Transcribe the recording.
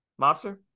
Mobster